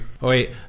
Wait